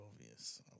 obvious